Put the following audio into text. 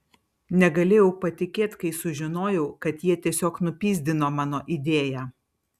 negalėjau patikėt kai sužinojau kad jie tiesiog nupyzdino mano idėją